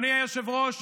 אדוני היושב-ראש,